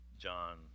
john